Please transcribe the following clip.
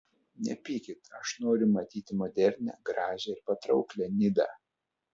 nepykit aš noriu matyti modernią gražią ir patrauklią nidą